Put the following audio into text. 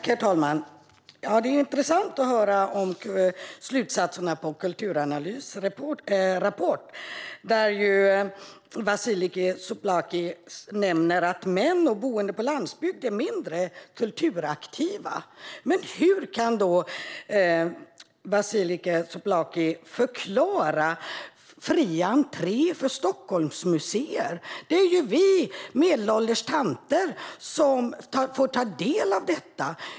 Herr talman! Det är intressant att höra om slutsatserna av Kulturanalys rapport. Vasiliki Tsouplaki nämner att män och boende på landsbygden är mindre kulturaktiva. Men hur kan hon då förklara fri entré på Stockholmsmuseer? Det är ju vi, medelålders tanter, som får ta del av detta.